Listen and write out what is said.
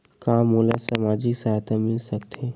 का मोला सामाजिक सहायता मिल सकथे?